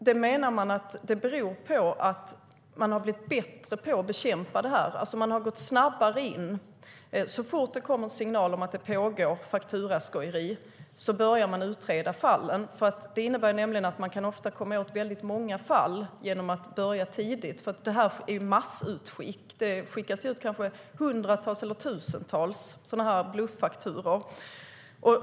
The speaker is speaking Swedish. Man menar att det beror på att polisen blivit bättre på att bekämpa den typen av brott. Polisen har gått in snabbare. Så fort det kommer en signal om att det pågår fakturaskojeri börjar fallen utredas. Genom att börja tidigt kan man nämligen ofta komma åt många fall. Det handlar om massutskick. Det skickas ut hundratals eller tusentals bluffakturor.